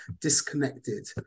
disconnected